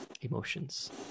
emotions